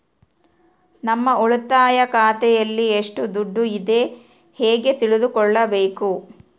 ನಮ್ಮ ಉಳಿತಾಯ ಖಾತೆಯಲ್ಲಿ ಎಷ್ಟು ದುಡ್ಡು ಇದೆ ಹೇಗೆ ತಿಳಿದುಕೊಳ್ಳಬೇಕು?